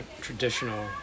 traditional